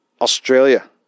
Australia